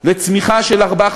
לצמיחה של 4%,